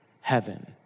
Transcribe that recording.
heaven